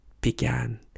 began